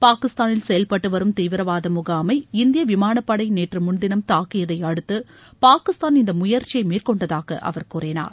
பாகிஸ்தானில் செயல்பட்டு வரும் தீவிரவாத முகாமை இந்திய விமானப் படை நேற்று முன்தினம் தாக்கியதை அடுத்து பாகிஸ்தான் இந்த முயற்சியை மேற்கொண்டதாக அவர் கூறினார்